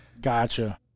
Gotcha